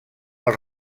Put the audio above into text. els